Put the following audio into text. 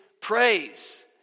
praise